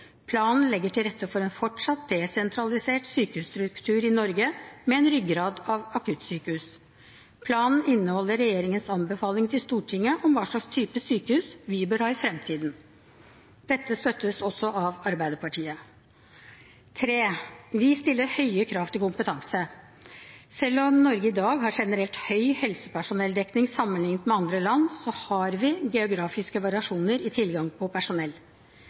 Planen legger til rette for en fortsatt desentralisert sykehusstruktur i Norge, med en «ryggrad» av akuttsykehus. Planen inneholder regjeringens anbefaling til Stortinget om hva slags type sykehus vi bør ha i framtiden. Dette støttes også av Arbeiderpartiet. Vi stiller høye krav til kompetanse. Selv om Norge i dag har generelt høy helsepersonelldekning sammenliknet med andre land, har vi geografiske variasjoner i tilgang på personell.